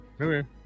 Okay